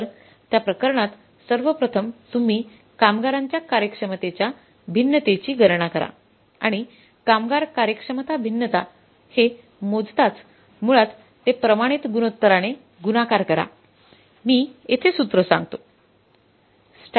तर त्या प्रकरणात सर्वप्रथम तुम्ही कामगारांच्या कार्यक्षमतेच्या भिन्नतेची गणना करा आणि कामगार कार्यक्षमता भिन्नता हे मोजताच मुळात ते प्रमाणित गुणोत्तराणे गुणाकार करा मी येथे सूत्र सांगतो